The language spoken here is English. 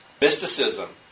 Mysticism